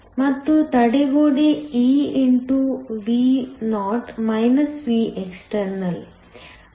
ಮತ್ತು ತಡೆಗೋಡೆ e x Vo Vext